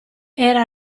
era